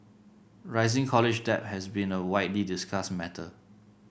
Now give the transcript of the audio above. rising college debt has been a widely discussed matter